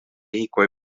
hikuái